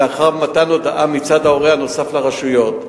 לאחר מתן הודעה מצד ההורה הנוסף לרשויות,